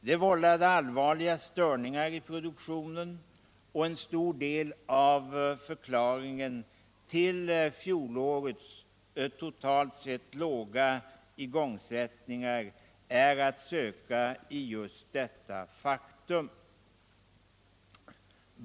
Det vållade allvarliga störningar i produktionen. En stor del av förklaringen ull fjolårets totalt sett låga igångsättning är att söka i detta faktum.